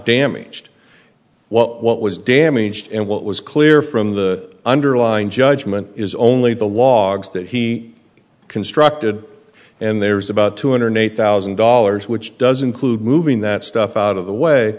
damaged what was damaged and what was clear from the underlying judgement is only the logs that he constructed and there's about two hundred eight thousand dollars which does include moving that stuff out of the way